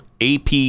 AP